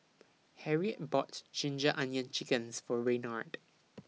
Harriet bought Ginger Onions Chickens For Raynard